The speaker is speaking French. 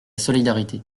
solidarité